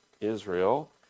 Israel